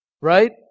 Right